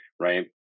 right